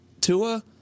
Tua